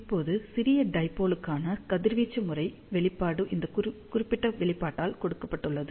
இப்போது சிறிய டைபோல் கான கதிர்வீச்சு முறை வெளிப்பாடு இந்த குறிப்பிட்ட வெளிப்பாட்டால் கொடுக்கப்பட்டுள்ளது